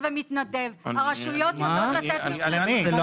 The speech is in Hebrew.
ומתנדב; הרשויות יודעות לתת --- זה לא מדויק.